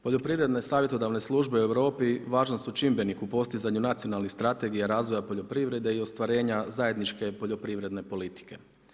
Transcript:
Poljoprivredne savjetodavne službe u Europi važni su čimbenik u postizanju nacionalnih strategija, razvoja poljoprivrede i ostvarenja zajedničke poljoprivredne politike.